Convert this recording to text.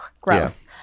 gross